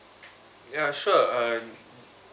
ya sure um